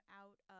out